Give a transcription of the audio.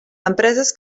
empreses